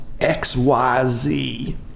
XYZ